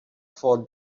for